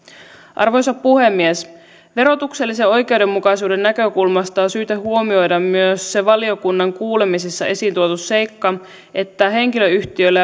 arvoisa puhemies verotuksellisen oikeudenmukaisuuden näkökulmasta on syytä huomioida myös se valiokunnan kuulemisissa esiin tuotu seikka että henkilöyhtiöillä